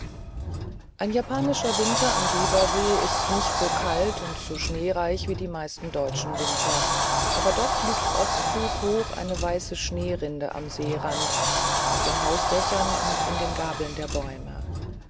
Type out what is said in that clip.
ein japanischer winter am biwasee ist nicht so kalt und nicht so schneereich wie die meisten deutschen winter aber doch liegt oft fußhoch eine weiße schneerinde am seerand auf den hausdächern und in den gabeln der bäume